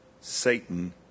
Satan